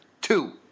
Two